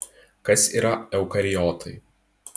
kas yra eukariotai